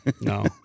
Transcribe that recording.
No